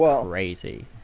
crazy